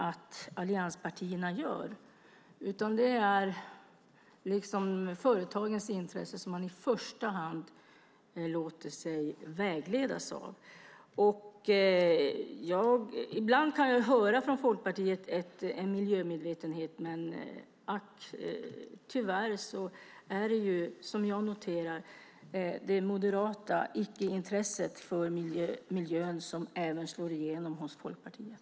Det är i första hand företagens intressen som man låter sig vägledas av. Ibland kan jag från Folkpartiet höra en miljömedvetenhet. Men tyvärr noterar jag att det är det moderata icke-intresset för miljön som slår igenom även hos Folkpartiet.